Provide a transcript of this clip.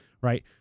right